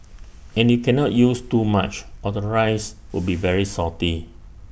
and you cannot use too much or the rice will be very salty